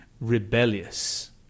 rebellious